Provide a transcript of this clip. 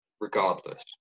regardless